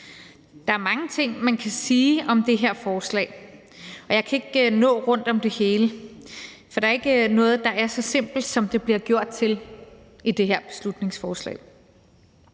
Der er mange ting, man kan sige om det her forslag, og jeg kan ikke nå rundt om det hele, for der er ikke noget, der er så simpelt, som det bliver gjort til i det her beslutningsforslag.